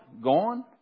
gone